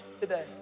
today